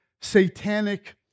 satanic